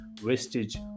wastage